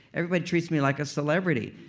everybody treats me like a celebrity.